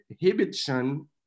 Inhibition